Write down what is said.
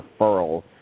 referral